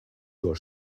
your